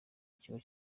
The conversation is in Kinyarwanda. ikigo